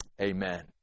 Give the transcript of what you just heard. amen